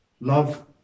Love